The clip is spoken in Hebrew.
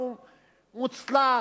הוא מוצלח,